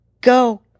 Go